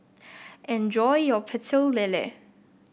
enjoy your Pecel Lele